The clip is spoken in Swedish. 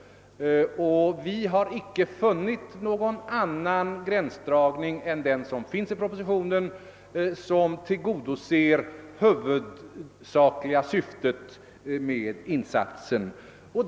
Vi har icke funnit någon annan gränsdragning än den som kommer till uttryck i propositionen, som tillgodoser det huvudsakliga syftet med insatsen.